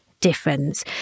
difference